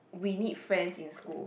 we need friends in school